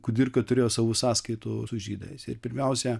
kudirka turėjo savų sąskaitų su žydais ir pirmiausia